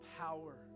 power